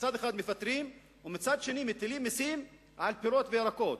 מצד אחד מפטרים ומצד שני מטילים מסים על פירות וירקות.